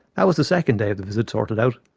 that was the second day of the visit sorted out,